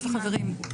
חברות וחברים,